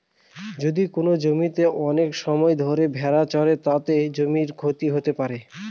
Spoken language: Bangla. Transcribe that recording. যদি কোনো জমিতে অনেক সময় ধরে ভেড়া চড়ে, তাতে জমির ক্ষতি হতে পারে